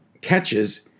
catches